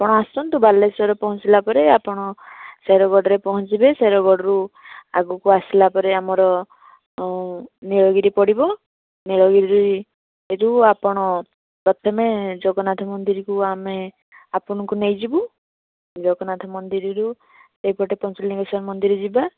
ଆପଣ ଆସନ୍ତୁ ବାଲେଶ୍ୱରରେ ପହଞ୍ଚିଲା ପରେ ଆପଣ ଶେରଗଡ଼ରେ ପହଞ୍ଚିବେ ଶେରଗଡ଼ରୁ ଆଗକୁ ଆସିଲାପରେ ଆମର ନୀଳଗିରି ପଡ଼ିବ ନୀଳଗିରରୁ ଆପଣ ପ୍ରଥମେ ଜଗନ୍ନାଥ ମନ୍ଦିରକୁ ଆମେ ଆପଣଙ୍କୁ ନେଇଯିବୁ ଜଗନ୍ନାଥ ମନ୍ଦିରରୁ ସେଇପଟେ ପଞ୍ଚଲିଙ୍ଗେଶ୍ୱର ମନ୍ଦିର ଯିବା